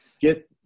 get